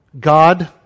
God